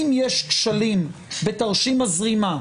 אם יש כשלים בתרשים הזרימה,